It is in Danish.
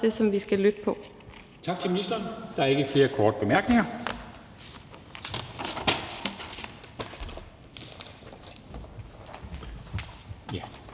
Dam Kristensen): Tak til ministeren. Der er ikke flere korte bemærkninger. Og